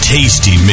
Tasty